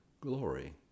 glory